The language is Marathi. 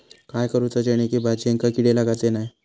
काय करूचा जेणेकी भाजायेंका किडे लागाचे नाय?